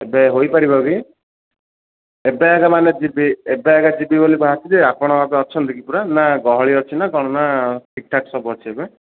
ଏବେ ହୋଇପାରିବ ବି ଏବେ ଆକା ମାନେ ଯିବି ଏବେ ଆକା ଯିବି ବୋଲି ବାହାରିଛି ଯେ ଆପଣ ଏବେ ଅଛନ୍ତି କି ପୁରା ନାଁ ଗହଳି ଅଛି ନାଁ କ'ଣ ନାଁ ଠିକ୍ ଠାକ୍ ସବୁ ଅଛି ଏବେ